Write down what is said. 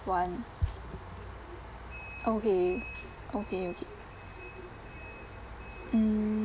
one okay okay okay mm